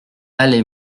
allée